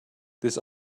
this